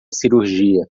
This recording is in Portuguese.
cirurgia